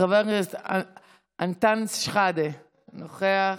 חבר הכנסת אנטאנס שחאדה נוכח.